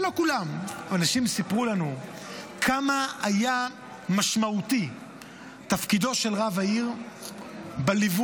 אנשים סיפרו לנו כמה היה משמעותי תפקידו של רב העיר בליווי,